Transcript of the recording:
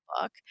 book